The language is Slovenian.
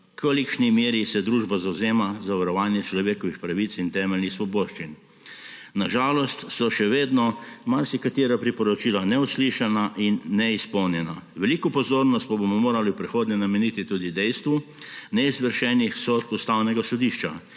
kolikšni meri se družba zavzema za varovanje človekovih pravic in temeljnih svoboščin. Na žalost so še vedno marsikatera priporočila neuslišana in neizpolnjena. Veliko pozornosti pa bomo morali v prihodnje nameniti tudi dejstvu neizvršenih sodb Ustavnega sodišča.